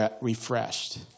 refreshed